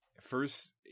first